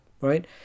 Right